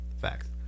facts